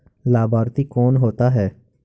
लाभार्थी कौन होता है?